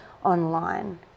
Online